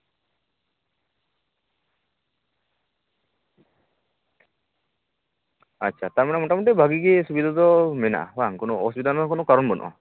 ᱟᱪᱪᱷᱟ ᱛᱟᱨᱢᱟᱱᱮ ᱢᱚᱴᱟᱢᱩᱴᱤ ᱵᱷᱟᱜᱮ ᱜᱮ ᱥᱩᱵᱤᱫᱟ ᱫᱚ ᱢᱮᱱᱟᱜᱼᱟ ᱵᱟᱝ ᱚᱥᱩᱵᱤᱫᱟ ᱨᱮᱱᱟᱜ ᱫᱚ ᱠᱚᱱᱳ ᱠᱟᱨᱚᱱ ᱵᱟᱹᱱᱩᱜᱼᱟ